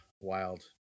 Wild